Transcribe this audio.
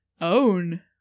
Own